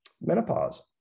menopause